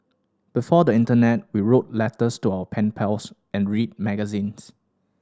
before the internet we wrote letters to our pen pals and read magazines